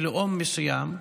מלאום מסוים,